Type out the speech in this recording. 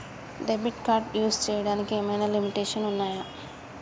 Debit card use చేయడానికి ఏమైనా limitations ఉన్నాయా?